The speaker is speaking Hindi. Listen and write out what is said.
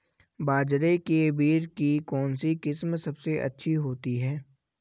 बाजरे के बीज की कौनसी किस्म सबसे अच्छी होती है?